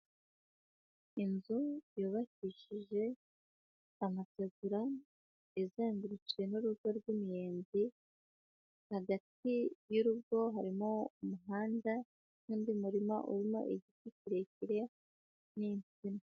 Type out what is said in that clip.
Inzu yubakishije amategura izengutswe n'urugo rw'imiyenzi, hagati y'urugo harimo umuhanda n'undi murima urimo igiti kirekire n'insina.